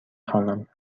خوانم